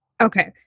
Okay